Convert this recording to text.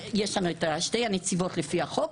יש לנו שתי נציבות לפי החוק,